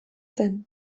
zen